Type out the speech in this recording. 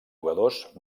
jugadors